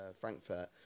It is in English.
Frankfurt